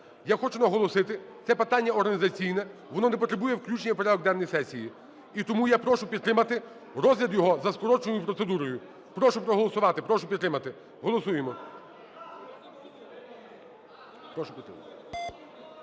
Я хочу наголосити, це питання організаційне, воно не потребує включення в порядок денний сесії. І тому я прошу підтримати розгляд його за скороченою процедурою. Прошу проголосувати, прошу підтримати. Голосуємо.